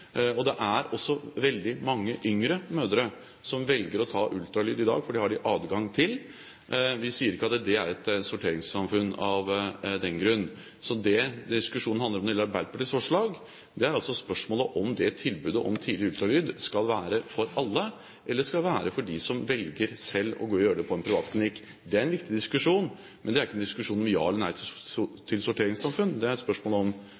Det er også veldig mange yngre mødre som velger å ta ultralyd i dag, for det har de adgang til. Vi sier ikke at det er et sorteringssamfunn av den grunn. Det diskusjonen handler om når det gjelder Arbeiderpartiets forslag, er spørsmålet om tilbudet om tidlig ultralyd skal være for alle, eller om det skal være for dem som selv velger å gjøre det på en privat klinikk. Det er en viktig diskusjon, men det er ikke noen diskusjon om ja eller nei til sorteringssamfunn. Det er et spørsmål om